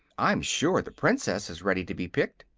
i'm sure the princess is ready to be picked,